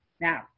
Now